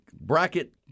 bracket